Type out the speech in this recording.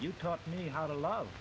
you taught me how to love